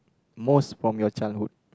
most from your childhood